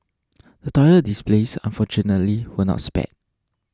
the toilet displays unfortunately were not spared